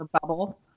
bubble